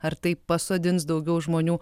ar tai pasodins daugiau žmonių